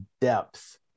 depth